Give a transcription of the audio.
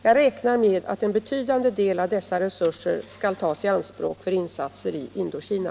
Jag räknar med att en betydande del av dessa resurser skall tas i anspråk för insatser i Indokina.